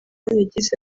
yagize